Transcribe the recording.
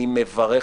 אני מברך.